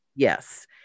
Yes